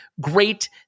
great